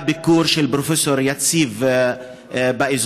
היה ביקור של פרופ' יציב באזור,